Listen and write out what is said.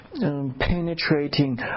Penetrating